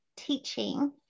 teaching